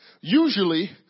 usually